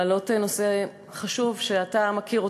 להעלות נושא חשוב שאתה מכיר,